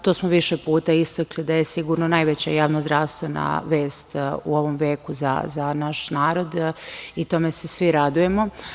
To smo više puta istakli, da je sigurno najveća javno-zdravstvena vest u ovom veku za naš narod i tome se svi radujemo.